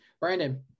Brandon